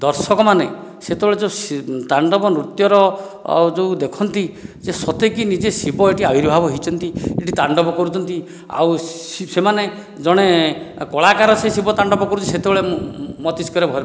ଦର୍ଶକମାନେ ସେତେବେଳେ ଯେଉଁ ତାଣ୍ଡବ ନୃତ୍ୟର ଯେଉଁ ଦେଖନ୍ତି ସତେକି ନିଜେ ଶିବ ଏଠି ଆବିର୍ଭାବ ହୋଇଛନ୍ତି ଏଠି ତାଣ୍ଡବ କରୁଛନ୍ତି ଆଉ ସେମାନେ ଜଣେ କଳାକାର ସେ ଶିବ ତାଣ୍ଡବ କରୁଛି ସେତେବେଳେ ମସ୍ତିଷ୍କରେ